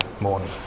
morning